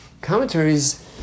commentaries